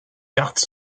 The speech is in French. cartes